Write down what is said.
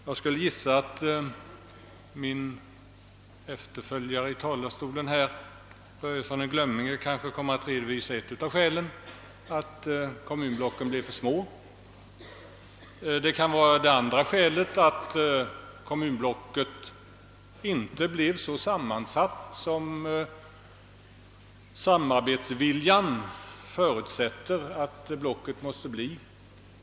Jag gissar att en av mina efterföljare i talarstolen, herr Börjesson i Glömminge, kommer att redovisa ett av skälen, nämligen att kommunblocken blir för små. Det kan vara av ett andra skäl, nämligen att kommunblocket inte blir så sammansatt som samarbetsviljan förutsätter.